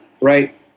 right